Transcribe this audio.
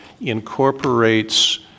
incorporates